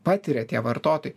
patiria tie vartotojai